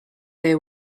their